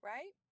Right